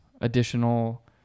additional